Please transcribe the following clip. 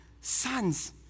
sons